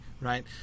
right